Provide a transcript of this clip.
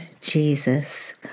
Jesus